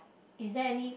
is there any